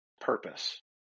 purpose